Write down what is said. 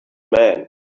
man